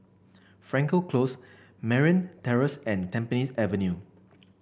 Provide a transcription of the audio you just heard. Frankel Close Merryn Terrace and Tampines Avenue